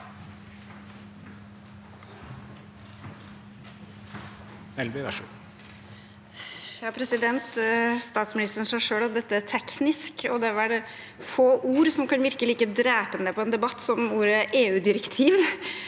Statsministeren sa selv at dette er teknisk, og det er vel få ord som kan virke like drepende på en debatt som ordet «EU-direktiv».